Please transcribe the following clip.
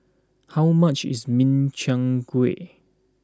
how much is Min Chiang Kueh